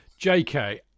JK